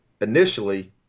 initially